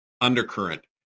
undercurrent